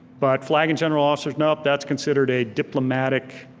but flag and general officers, no, that's considered a diplomatic